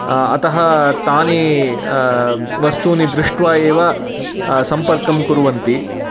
अतः तानि वस्तूनि दृष्ट्वा एव सम्पर्कं कुर्वन्ति